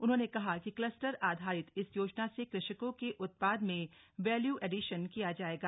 उन्होंने कहा कि कलस्टर आधारित इस योजना से कृषकों के उत्पाद में वैल्यू एडिसन किया जाएगा